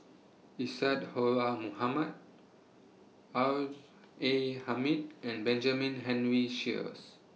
Isadhora Mohamed R A Hamid and Benjamin Henry Sheares